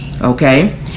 okay